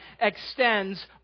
extends